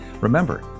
Remember